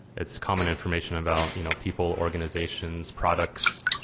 it's common information about you know people, organizations, products,